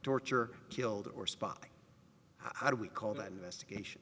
torture killed or spot how do we call that investigation